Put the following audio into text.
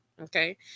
Okay